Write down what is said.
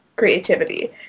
Creativity